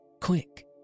Quick